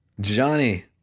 Johnny